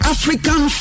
African